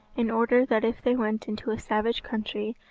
in order that if they went into a savage country,